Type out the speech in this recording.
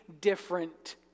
different